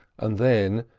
and then,